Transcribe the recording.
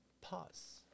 pause